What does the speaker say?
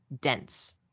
dense